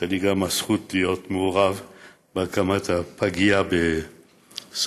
יש לי גם הזכות להיות מעורב בהקמת הפגייה בסורוקה,